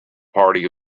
party